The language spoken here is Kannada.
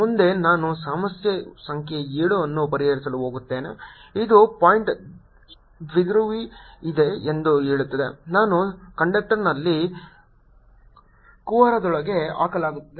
ಮುಂದೆ ನಾನು ಸಮಸ್ಯೆ ಸಂಖ್ಯೆ 7 ಅನ್ನು ಪರಿಹರಿಸಲು ಹೋಗುತ್ತೇನೆ ಇದು ಪಾಯಿಂಟ್ ದ್ವಿಧ್ರುವಿ ಇದೆ ಎಂದು ಹೇಳುತ್ತದೆ ಅದನ್ನು ಕಂಡಕ್ಟರ್ನಲ್ಲಿ ಕುಹರದೊಳಗೆ ಹಾಕಲಾಗುತ್ತದೆ